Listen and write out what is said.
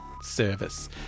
service